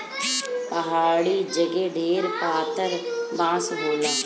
पहाड़ी जगे ढेर पातर बाँस होला